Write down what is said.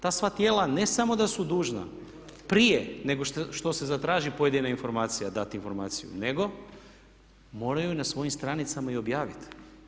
Ta sva tijela ne samo da su dužna, prije nego što se zatraži pojedina informacija dati informaciju nego moraju na svojim stranicama i objaviti.